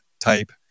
type